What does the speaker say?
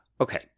Okay